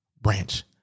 branch